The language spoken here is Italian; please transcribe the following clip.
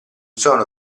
sono